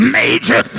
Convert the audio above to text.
major